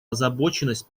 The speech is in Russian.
озабоченность